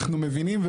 אנחנו מבינים,